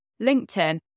LinkedIn